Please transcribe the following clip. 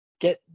get